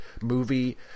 movie